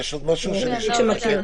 יש שעות האכלה קבועות ברמת-גן.